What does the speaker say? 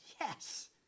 Yes